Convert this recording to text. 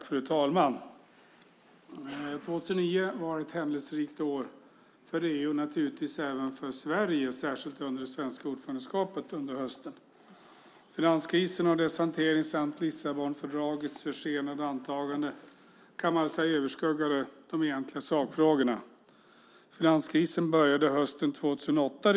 Fru talman! 2009 var ett händelserikt år för EU och naturligtvis även för Sverige, särskilt under det svenska ordförandeskapet under hösten. Finanskrisen och dess hantering samt Lissabonfördragets försenade antagande kan man väl säga överskuggade de egentliga sakfrågorna. Finanskrisen började redan hösten 2008.